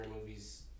movies